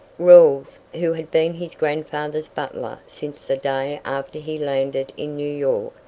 rawles, who had been his grandfather's butler since the day after he landed in new york,